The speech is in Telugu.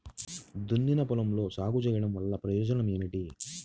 దున్నిన పొలంలో సాగు చేయడం వల్ల ప్రయోజనం ఏమిటి?